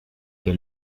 que